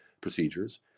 procedures